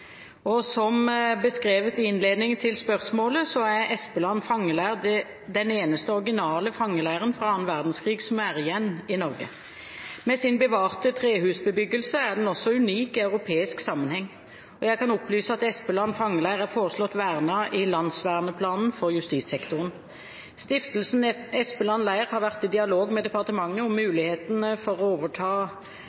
Som beskrevet i innledningen til spørsmålet er Espeland fangeleir den eneste originale fangeleiren fra 2. verdenskrig som er igjen i Norge. Med sin bevarte trehusbebyggelse er den også unik i europeisk sammenheng. Jeg kan opplyse at Espeland fangeleir er foreslått vernet i landsverneplanen for justissektoren. Stiftelsen Espeland fangeleir har vært i dialog med departementet om